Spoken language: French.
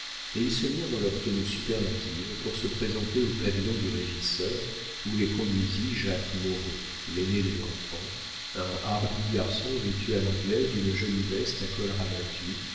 et ils se mirent dans leur tenue superlative pour se présenter au pavillon du régisseur où les conduisit jacques moreau l'aîné des enfants un hardi garçon vêtu à l'anglaise d'une jolie veste à col rabattu